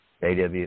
AW